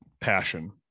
passion